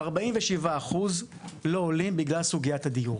47% לא עולים בגלל סוגיית הדיור.